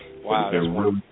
Wow